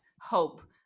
hope